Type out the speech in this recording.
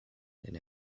denn